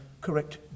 correct